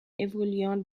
évoluant